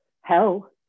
Hell